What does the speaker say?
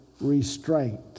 restraint